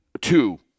Two